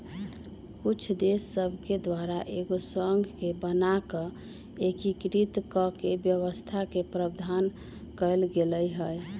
कुछ देश सभके द्वारा एगो संघ के बना कऽ एकीकृत कऽकेँ व्यवस्था के प्रावधान कएल गेल हइ